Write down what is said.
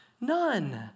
None